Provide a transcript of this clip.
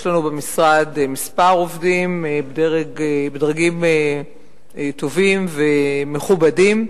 יש לנו במשרד כמה עובדים בדרגים טובים ומכובדים,